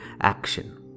action